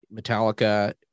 Metallica